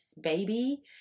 baby